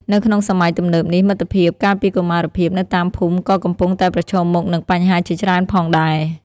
នៅក្នុងសម័យទំនើបនេះ មិត្តភាពកាលពីកុមារភាពនៅតាមភូមិក៏កំពុងតែប្រឈមមុខនឹងបញ្ហាជាច្រើនផងដែរ។